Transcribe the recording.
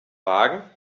wagen